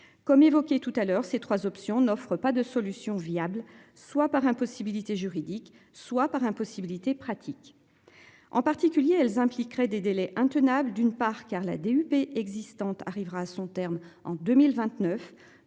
comme évoqué tout à l'heure c'est trois options n'offre pas de solution viable soit par impossibilité juridique soit par impossibilité pratique. En particulier, elles impliqueraient des délais intenables, d'une part, car la DUP existantes arrivera à son terme en 2029.